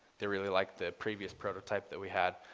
they really like the previous prototype that we had,